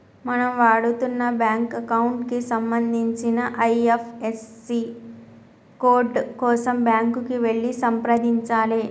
మనం వాడుతున్న bank account కి సంబంధించిన ఐ.ఎఫ్.ఎస్.సి కోడ్ కోసం బ్యాంకుకి వెళ్లి సంప్రదించాలే